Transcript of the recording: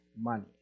money